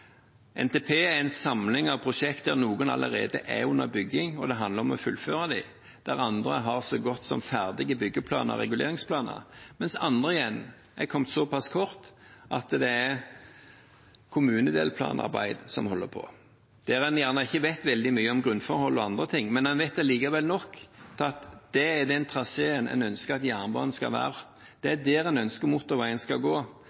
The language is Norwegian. NTP er en samling av prosjekter, der noen allerede er under bygging og det handler om å fullføre dem, der andre har så godt som ferdige byggeplaner og reguleringsplaner, mens andre igjen er kommet såpass kort at man holder på med kommunedelplanarbeid, der man kanskje ikke vet veldig mye om grunnforhold og annet, men man vet allikevel nok til at det er den traseen man ønsker at jernbanen skal ha, det er der man ønsker at motorveien skal gå